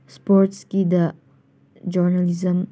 ꯏꯁꯄꯣꯔꯠꯁꯀꯤꯗ journalism